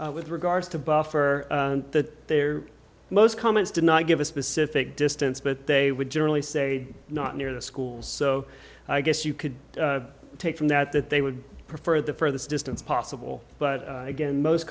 with regards to buffer that there most comments did not give a specific distance but they would generally say not near the schools so i guess you could take from that that they would prefer the furthest distance possible but again most